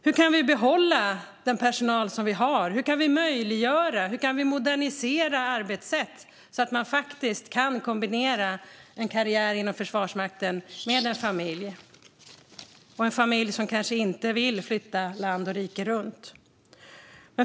Hur kan vi behålla den personal som vi har? Hur kan vi möjliggöra och modernisera arbetssätt så att man kan kombinera en karriär inom Försvarsmakten med en familj? Man kanske har en familj som inte vill flytta land och rike runt.